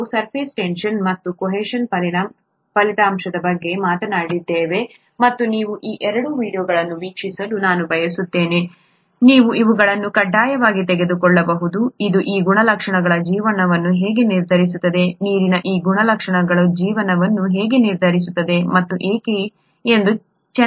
ನಾವು surface tension ಮತ್ತು ಕೋಹೆಷನ್ನ ಫಲಿತಾಂಶದ ಬಗ್ಗೆ ಮಾತನಾಡಿದ್ದೇವೆ ಮತ್ತು ನೀವು ಈ ಎರಡು ವೀಡಿಯೊಗಳನ್ನು ವೀಕ್ಷಿಸಲು ನಾನು ಬಯಸುತ್ತೇನೆ ನೀವು ಇವುಗಳನ್ನು ಕಡ್ಡಾಯವಾಗಿ ತೆಗೆದುಕೊಳ್ಳಬಹುದು ಇದು ಈ ಗುಣಲಕ್ಷಣಗಳು ಜೀವನವನ್ನು ಹೇಗೆ ನಿರ್ಧರಿಸುತ್ತದೆ ನೀರಿನ ಈ ಗುಣಲಕ್ಷಣಗಳು ಜೀವನವನ್ನು ಹೇಗೆ ನಿರ್ಧರಿಸುತ್ತದೆ ಮತ್ತು ಏಕೆ ಎಂದು ಚೆನ್ನಾಗಿ ವಿವರಿಸುತ್ತದೆ